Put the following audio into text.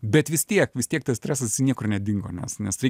bet vis tiek vis tiek tas stresas niekur nedingo nes nes tai